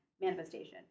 manifestation